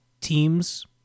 teams